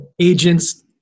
agents